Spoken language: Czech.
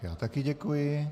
Já také děkuji.